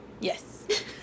yes